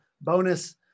bonus